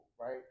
right